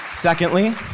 Secondly